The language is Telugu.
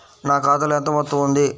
నా ఖాతాలో ఎంత మొత్తం ఉంది?